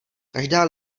každá